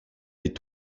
des